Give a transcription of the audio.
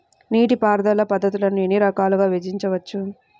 నీటిపారుదల పద్ధతులను ఎన్ని రకాలుగా విభజించవచ్చు?